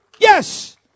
Yes